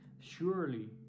Surely